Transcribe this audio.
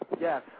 Yes